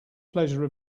pleasure